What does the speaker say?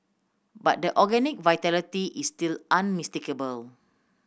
but the organic vitality is still unmistakable